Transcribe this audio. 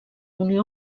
unió